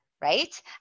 Right